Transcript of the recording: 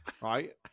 right